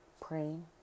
praying